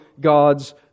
God's